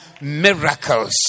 miracles